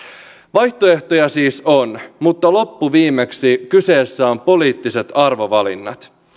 vaihtoehtoja siis on mutta loppuviimeksi kyseessä ovat poliittiset arvovalinnat